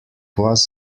was